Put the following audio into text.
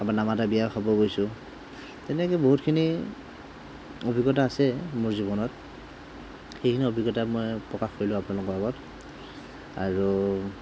তাৰপৰা নমাতা বিয়া খাব গৈছোঁ তেনেকৈ বহুতখিনি অভিজ্ঞতা আছে মোৰ জীৱনত সেইখিনি অভিজ্ঞতা মই প্ৰকাশ কৰিলোঁ আপোনালোকৰ আগত আৰু